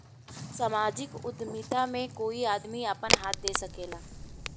सामाजिक उद्यमिता में कोई आदमी आपन हाथ दे सकेला